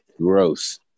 Gross